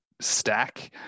stack